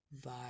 vibe